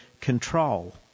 control